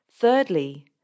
Thirdly